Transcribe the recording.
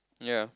ya